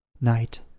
Night